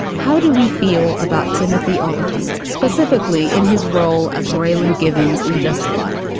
how do we feel about timothy oliphant specifically in his role as raylan givens in justified?